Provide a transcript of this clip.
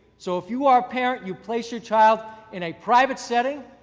so, if you are a parent, you place your child in a private setting,